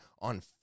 on